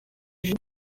gel